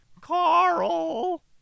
Carl